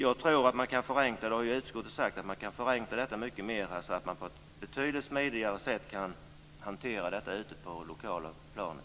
Jag tror och utskottet har sagt att man kan förenkla det mycket mer så att man på ett betydligt smidigare sätt kan hantera det på det lokala planet.